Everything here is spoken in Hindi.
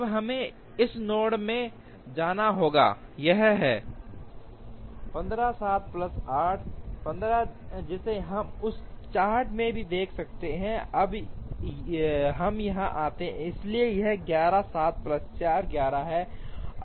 तब हमें इस नोड में जाना होगा यह है 15 7 प्लस 8 15 जिसे हम उस चार्ट में भी देख सकते हैं अब हम यहां आते हैं इसलिए यह 11 7 प्लस 4 11 है